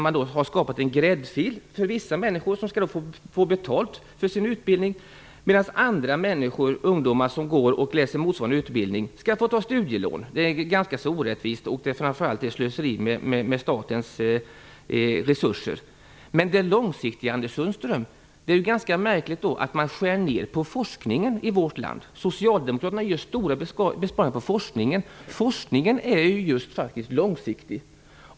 Man har skapat en gräddfil för vissa människor som skall få betalt för sin utbildning medan andra ungdomar som läser motsvarande utbildning får ta studielån. Det är ganska orättvist. Framför allt är det slöseri med statens resurser. Med tanke på långsiktigheten är det ganska märkligt att man skär ner på forskningen i vårt land, Anders Sundström. Socialdemokraterna gör stora besparingar på forskningen. Forskningen är just långsiktig.